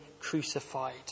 crucified